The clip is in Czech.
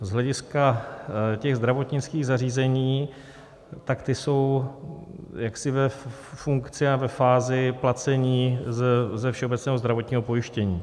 Z hlediska zdravotnických zařízení, tak ta jsou jaksi ve funkci a ve fázi placení ze všeobecného zdravotního pojištění.